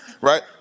right